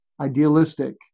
idealistic